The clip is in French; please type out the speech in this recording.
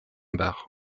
bar